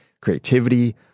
creativity